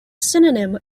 synonym